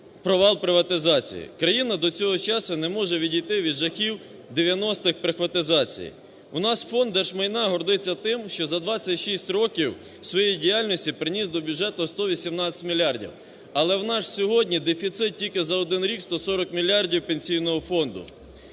провал приватизації. Країна до цього часу не може відійти від жахів 90-х "прихватизації". У нас Фонд держмайна гордиться тим, що за 26 років своєї діяльності приніс до бюджету 118 мільярдів, але ж у нас сьогодні дефіцит тільки за один рік 140 мільярдів Пенсійного фонду.